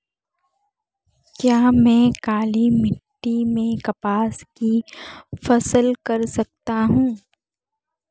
क्या मैं काली मिट्टी में कपास की फसल कर सकता हूँ?